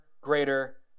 greater